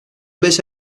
beş